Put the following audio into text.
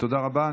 תודה רבה.